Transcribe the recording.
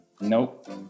Nope